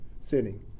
Sinning